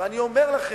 ואני אומר לכם,